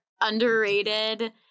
underrated